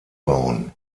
bauen